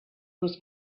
was